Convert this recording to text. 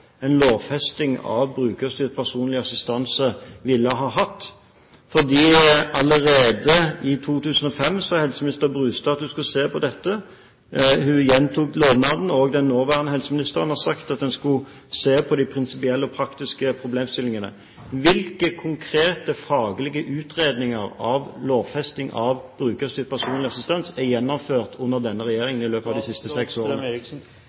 en lovfesting av brukerstyrt personlig assistanse ville ha hatt. For allerede i 2005 sa helseminister Brustad at hun skulle se på dette, og hun gjentok lovnaden. Den nåværende helseministeren har sagt at man skulle se på de prinsipielle og praktiske problemstillingene. Hvilke konkrete faglige utredninger av lovfesting av brukerstyrt personlig assistanse er gjennomført under denne regjeringen i løpet av de siste seks årene?